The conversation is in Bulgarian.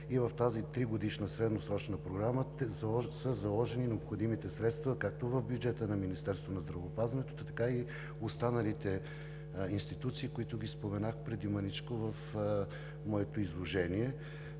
В тази тригодишна средносрочна програма са заложени необходимите средства както в бюджета на Министерството на здравеопазването, така и останалите институции, които ги споменах преди мъничко в моето изложение.